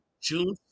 June